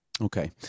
okay